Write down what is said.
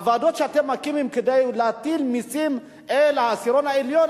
הוועדות שאתם מקימים כדי להטיל מסים על העשירון העליון,